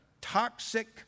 toxic